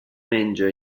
menge